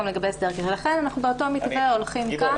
לכן אנחנו הולכים באותו מתווה כאן.